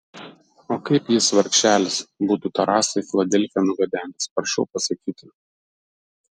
o kaip jis vargšelis būtų tą rąstą į filadelfiją nugabenęs prašau pasakyti